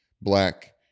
black